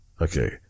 okay